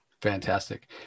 fantastic